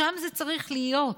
שם זה צריך להיות.